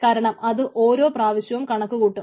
കാരണം അത് ഓരോ പ്രാവശ്യവും കണക്കുകൂട്ടും